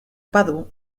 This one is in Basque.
badu